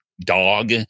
dog